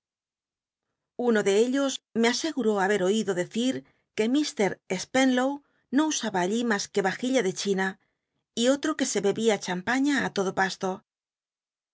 uno de ellos me aseguró haber oído decir que mr spenlow no usaba allí mas que vajilla de china y otro que se bebía champaña á todo pasto